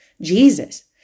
Jesus